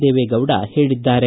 ದೇವೇಗೌಡ ಹೇಳಿದ್ದಾರೆ